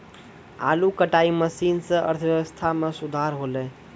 आलू कटाई मसीन सें अर्थव्यवस्था म सुधार हौलय